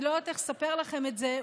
אני לא יודעת איך לספר לכם את זה,